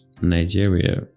Nigeria